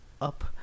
up